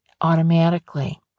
automatically